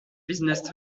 business